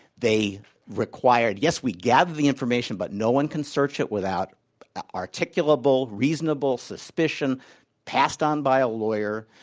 they required yes, we gather the information, but no one can search it without articulable, reasonable suspicion passed on by a lawyer.